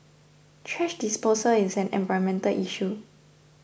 thrash disposal is an environmental issue